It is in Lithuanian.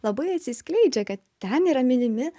labai atsiskleidžia kad ten yra minimi